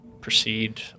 proceed